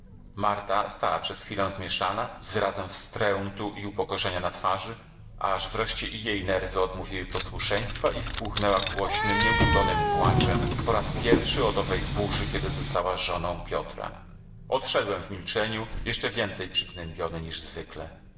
marta stała przez chwilę zmieszana z wyrazem wstrętu i upokorzenia na twarzy aż wreszcie i jej nerwy odmówiły posłuszeństwa i wybuchnęła głośnym nieutulonym płaczem po raz pierwszy od owej burzy kiedy została żoną piotra odszedłem w milczeniu jeszcze więcej przygnębiony niż zwykle